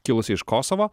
kilusi iš kosovo